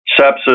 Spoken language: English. sepsis